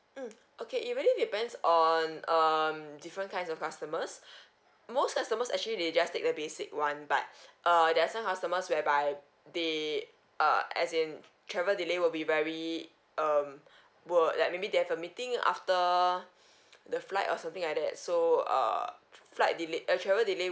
mm okay it really depends on um different kinds of customers most customers actually they just take the basic one but err there are some customers whereby they uh as in travel delay will be very um were like maybe they have a meeting after the flight or something like that so err f~ flight delay uh travel delay